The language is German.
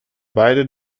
beide